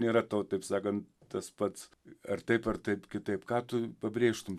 nėra tau taip sakant tas pats ar taip ar taip kitaip ką tu pabrėžtum